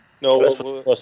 No